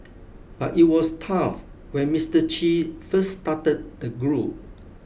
but it was tough when Mister Che first started the group